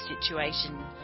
situation